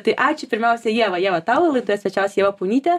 tai ačiū pirmiausia ieva ieva tau laidoje svečiavosi ieva punytė